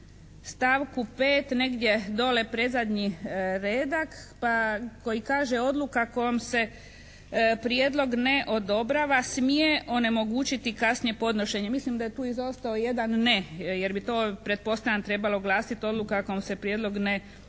stavku 5. negdje dolje predzadnji redak pa koji kaže: "Odluka kojom se prijedlog ne odobrava smije onemogućiti kasnije podnošenje." Mislim da je tu izostao jedan "ne" jer bi to pretpostavljam trebalo glasiti: "Odluka kojom se prijedlog ne odobrava